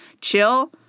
chill